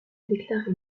déclaré